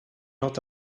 not